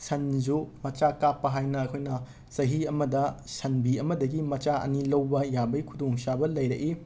ꯁꯟꯁꯨ ꯃꯆꯥ ꯀꯥꯞꯄ ꯍꯥꯏꯅ ꯑꯩꯈꯣꯏꯅ ꯆꯍꯤ ꯑꯃꯗ ꯁꯟꯕꯤ ꯑꯃꯗꯒꯤ ꯃꯆꯥ ꯑꯅꯤ ꯂꯧꯕ ꯌꯥꯕꯒꯤ ꯈꯨꯗꯣꯡꯆꯥꯕ ꯂꯩꯔꯛꯏ